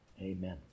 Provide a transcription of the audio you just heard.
Amen